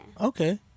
Okay